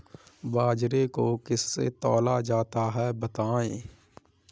बाजरे को किससे तौला जाता है बताएँ?